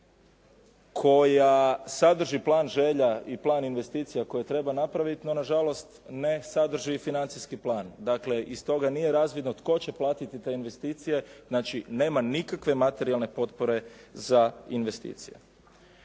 koja sadrži plan želja i plan investicija koje treba napraviti, no nažalost ne sadrži financijski plan. Dakle, iz toga nije razvidno tko će platiti te investicije, znači nema nikakve materijalne potpore za investicije.